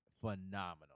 phenomenal